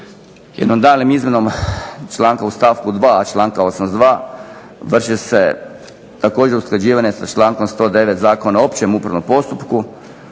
jednom daljnjom izmjenom članka u stavku 2. članka 82. vrši se također usklađivanje sa člankom 109. Zakona o općem upravnom postupku,